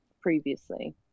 previously